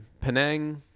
Penang